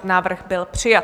Návrh byl přijat.